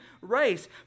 race